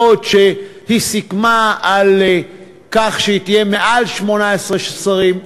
מה גם שהיא סיכמה שהיא תהיה עם יותר מ-18 שרים.